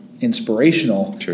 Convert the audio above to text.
inspirational